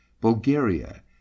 Bulgaria